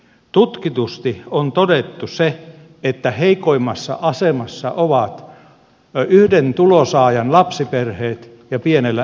tutkitusti on todettu se että heikoimmassa asemassa ovat yhden tulonsaajan lapsiperheet ja pienellä eläkkeellä olevat